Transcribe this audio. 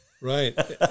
Right